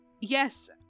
Yes